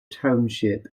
township